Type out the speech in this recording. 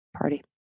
party